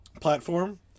platform